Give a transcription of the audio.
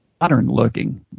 modern-looking